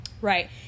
Right